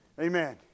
Amen